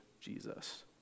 Jesus